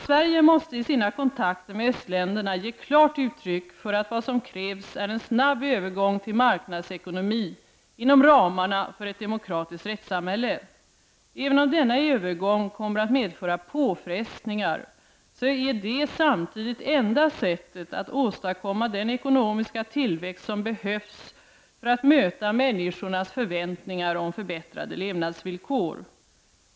Sverige måste i sina kontakter med östländerna ge klart uttryck för att vad som krävs är en snabb övergång till marknadsekonomi inom ramarna för ett demokratiskt rättssamhälle. Även om denna övergång kommer att medföra påfrestningar så är det samtidigt enda sättet att åstadkomma den ekonomiska tillväxt som behövs för att möta människornas förväntningar om förbättrade levnadsvillkor.